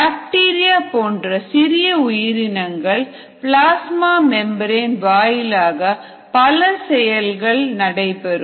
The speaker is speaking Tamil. பாக்டீரியா போன்ற சிறிய உயிரினங்களில் பிளாஸ்மா மெம்பரேன் வாயிலாக பல செயல்கள் நடைபெறும்